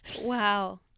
Wow